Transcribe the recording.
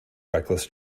reckless